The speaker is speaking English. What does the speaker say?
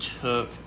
took